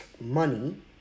money